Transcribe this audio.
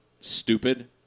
stupid